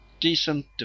decent